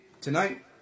tonight